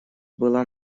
была